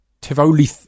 Tivoli